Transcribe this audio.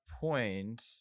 point